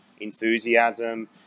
enthusiasm